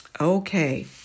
Okay